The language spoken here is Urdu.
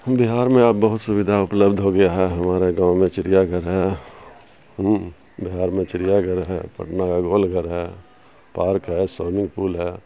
بہار میں اب بہت سویدھا اپلبدھ ہو گیا ہے ہمارے گاؤں میں چڑیا گھر ہے ہوں بہار میں چریا گھر ہے پٹنہ کا گول گھر ہے پارک ہے سوئمنگ پول ہے